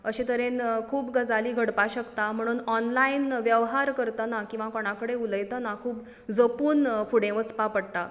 अशें तरेन खूब गजाली घडपाक शकताक म्हण ऑनलायन व्यवहार करतना किंवा कितें कोणाय कडेन उलयतना खूब जपून फुडें वचपा पडटा